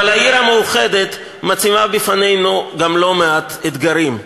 אבל העיר המאוחדת מציבה בפנינו גם לא מעט אתגרים,